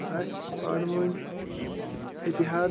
اسہِ چھِ پانہٕ وٲنۍ اتِحاد